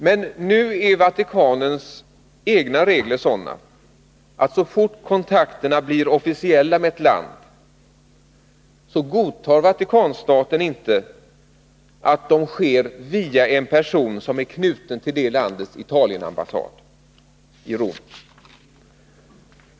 Men nu är Vatikanstatens egna regler sådana, att så fort kontakterna med ett land blir officiella så godtar Vatikanstaten inte att de sker via en person som är knuten till det landets Italienambassad i Rom.